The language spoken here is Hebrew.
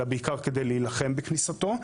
אלא בעיקר כדי להילחם בכניסתו.